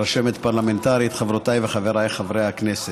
רשמת פרלמנטרית, חברותיי וחבריי חברי הכנסת,